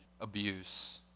abuse